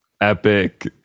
Epic